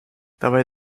dabei